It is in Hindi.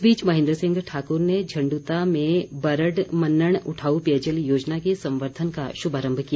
इस बीच महेन्द्र सिंह ठाकुर ने झण्डूता में बरड मन्नण उठाऊ पेयजल योजना के संवर्द्वन का शुभारम्भ किया